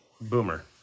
Boomer